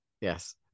yes